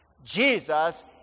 Jesus